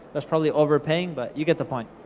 that's probably overpaying, but you get the point.